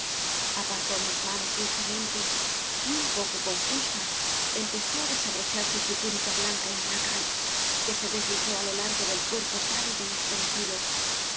apartó mis manos dulcemente y un poco confusa empezó á desabrochar se su túnica blanca y monacal que se des lizó á lo largo del cuerpo pálido y estreme cido